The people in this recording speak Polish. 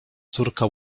córka